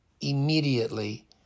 immediately